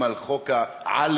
תודה רבה, חבר הכנסת